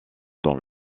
dans